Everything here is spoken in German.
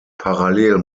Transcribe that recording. parallel